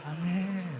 Amen